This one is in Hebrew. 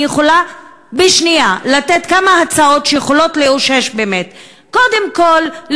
אני יכולה בשנייה לתת כמה הצעות שיכולות לאושש באמת: קודם כול,